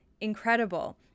incredible